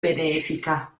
benefica